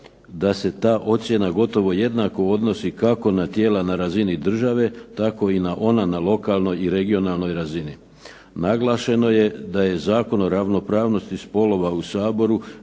da se ta ocjena gotovo jednako odnosi kako na tijela na razini države, tako i na ona na lokalnoj i regionalnoj razini. Naglašeno je da je Zakon o ravnopravnosti spolova u Saboru